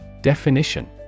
Definition